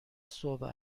صبح